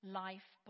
life